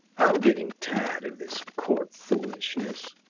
i'm getting tired of this court foolishness.